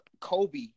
Kobe